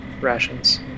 rations